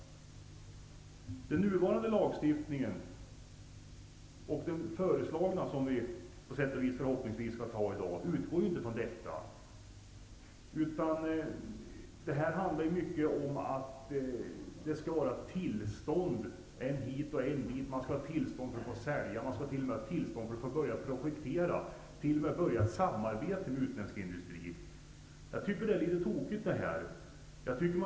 Den nuvarande lagstiftningen och den föreslagna, som vi förhoppningsvis skall anta i dag, utgår inte från detta. Det handlar mycket om att det skall vara tillstånd än hit och än dit. Man skall ha tillstånd för att sälja, man skall ha tillstånd för att få börja projektera, och man skall t.o.m. ha tillstånd för att påbörja samarbete med utländsk industri. Jag tycker att det är litet tokigt.